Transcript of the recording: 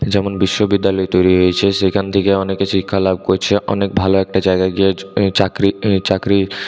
যেমন বিশ্ববিদ্যালয় তৈরি হয়েছে সেখান থেকে অনেকে শিক্ষালাভ করছে অনেক ভালো একটা জায়গায় গিয়ে চাকরি চাকরির